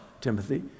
Timothy